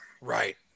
right